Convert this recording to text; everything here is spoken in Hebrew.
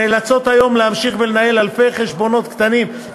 שנאלצות היום להמשיך לנהל אלפי חשבונות קטנים,